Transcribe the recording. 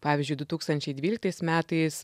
pavyzdžiui du tūkstančiai dvyliktais metais